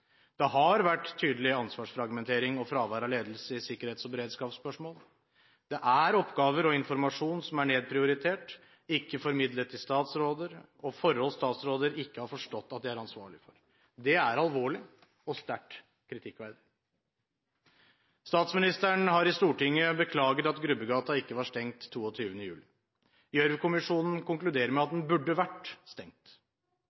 Det har vært tydelig ansvarsfragmentering og fravær av ledelse i sikkerhets- og beredskapsspørsmål. Det er oppgaver og informasjon som er nedprioritert og ikke formidlet til statsråder, og det er forhold statsråder ikke har forstått at de er ansvarlige for. Det er alvorlig og sterkt kritikkverdig. Statsministeren har i Stortinget beklaget at Grubbegata ikke var stengt 22. juli. Gjørv-kommisjonen konkluderer med at